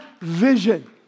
vision